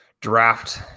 draft